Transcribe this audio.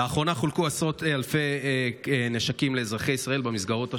לאחרונה חולקו עשרות אלפי נשקים לאזרחי ישראל במסגרות השונות.